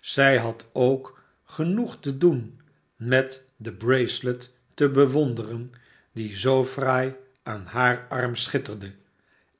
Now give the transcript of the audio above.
zij had ook genoeg te doen met de bracelet te bewonderen die zoo fraai aan haar arm schitterde